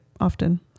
often